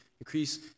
increase